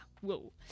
Whoa